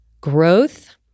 growth